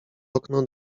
okno